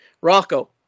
Rocco